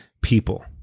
people